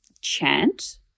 chant